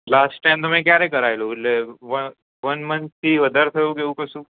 last time તમે ક્યારે કરાયું એતલે વન મનથથી વધારે થયુ એવુ કશુ